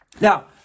Now